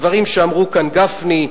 הדברים שאמרו כאן גפני,